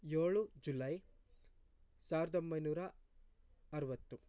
ಏಳು ಜುಲಾಯ್ ಸಾವಿರದ ಒಂಬೈನೂರ ಅರುವತ್ತು